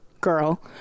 girl